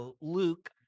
Luke